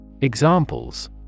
Examples